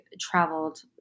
traveled